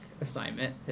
assignment